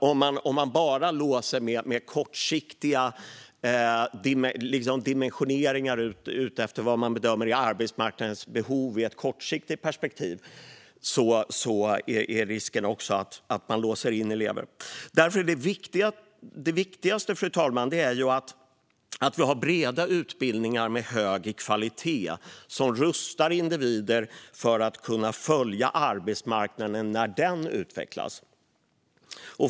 Om man dimensionerar efter vad man bedömer är arbetsmarknadens behov i ett kortsiktigt perspektiv är risken att elever låses in. Det viktigaste, fru talman, är att det finns breda utbildningar med hög kvalitet, som rustar individer för att kunna följa utvecklingen på arbetsmarknaden.